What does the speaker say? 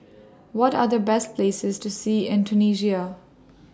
What Are The Best Places to See in Tunisia